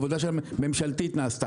עבודה ממשלתית נעשתה.